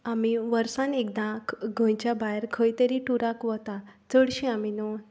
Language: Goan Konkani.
आमी वर्सांत एकदां गोंयच्या भायर खंय तरी टुराक वता चडशीं आमी न्हय देवळांनी वता